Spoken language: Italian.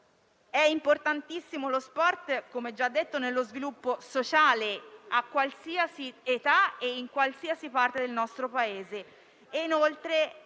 Lo sport è fondamentale, come già detto, nello sviluppo sociale, a qualsiasi età e in qualsiasi parte del nostro Paese.